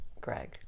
Greg